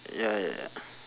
ya ya